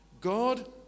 God